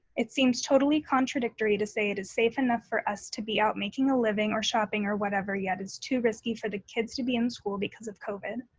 it seems totally contradictory to say it is safe enough for us to be out making a living or shopping or whatever, yet it's too risky for the kids to be in school because of covid.